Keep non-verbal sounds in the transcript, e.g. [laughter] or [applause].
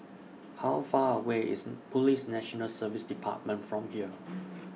How Far away IS [noise] Police National Service department from here